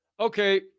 Okay